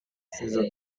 ces